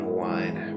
wine